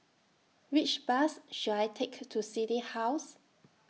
Which Bus should I Take to City House